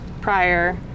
prior